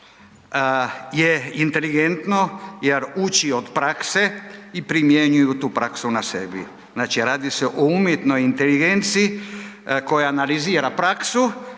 je inteligentno jer uči od prakse i primjenjuju tu praksu na sebi. Znači, radi se o umjetnoj inteligenciji koja analizira praksu